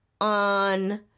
on